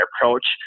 approach